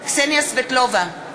קסניה סבטלובה,